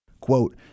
Quote